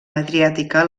adriàtica